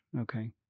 Okay